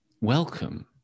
welcome